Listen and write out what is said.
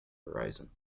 horizon